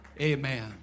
Amen